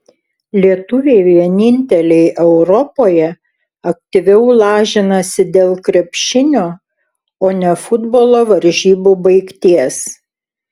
lietuviai vieninteliai europoje aktyviau lažinasi dėl krepšinio o ne futbolo varžybų baigties